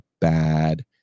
bad